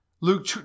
Luke